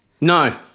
No